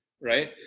right